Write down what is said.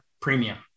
premium